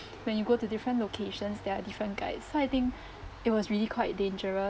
when you go to different locations there are different guides so I think it was really quite dangerous